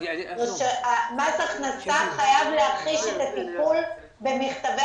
מס הכנסה חייב להחיש את הטיפול במכתבי